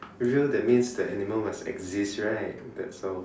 real that means that animal must exist right that's all